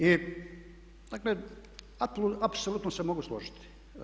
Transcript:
I dakle, apsolutno se mogu složiti.